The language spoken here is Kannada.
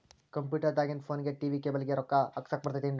ಕಂಪ್ಯೂಟರ್ ದಾಗಿಂದ್ ಫೋನ್ಗೆ, ಟಿ.ವಿ ಕೇಬಲ್ ಗೆ, ರೊಕ್ಕಾ ಹಾಕಸಾಕ್ ಬರತೈತೇನ್ರೇ?